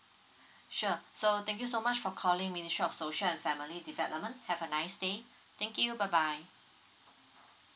sure so thank you so much for calling ministry of social and family development have a nice day thank you bye bye